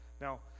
Now